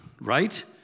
right